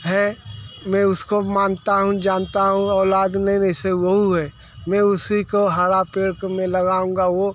है मैं उसको मानता हूँ जानता हूँ औलाद में वैसे वो है मैं उसी को हरा पेड़ में लगाऊंगा वो